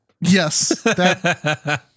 Yes